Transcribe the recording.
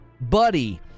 buddy